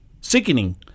sickening